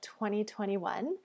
2021